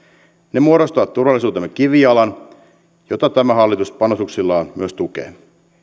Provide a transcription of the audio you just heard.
ne muodostavat turvallisuutemme kivijalan jota tämä hallitus panostuksillaan myös tukee